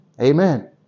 Amen